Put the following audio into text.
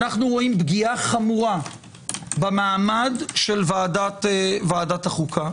אנו רואים פגיעה חמורה במעמד של ועדת החוקה.